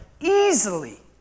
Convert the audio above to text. easily